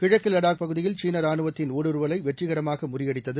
கிழக்குவடாக் பகுதியில் சீனரானுவத்தின் ஊடுருவலைவெற்றிகரமாகமுறியடித்தது